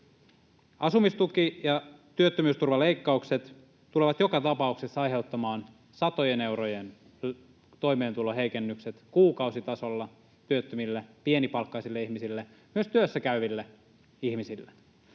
Asumistuki- ja työttömyysturvaleikkaukset tulevat joka tapauksessa aiheuttamaan satojen eurojen toimeentulon heikennykset kuukausitasolla työttömille, pienipalkkaisille ihmisille, myös työssäkäyville ihmisille.